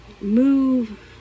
move